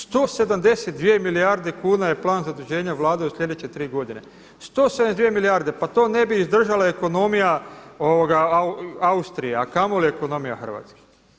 172 milijarde kuna je plan zaduženja Vlade u sljedeće 3 godine, 172 milijarde, pa to ne bi izdržala ekonomija Austrije a kamoli ekonomija Hrvatske.